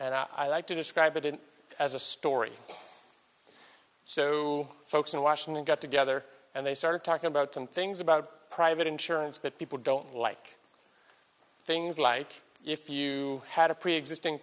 and i like to describe it in as a story so folks in washington got together and they started talking about some things about private insurance that people don't like things like if you had a preexisting